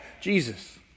Jesus